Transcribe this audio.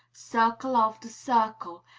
circle after circle,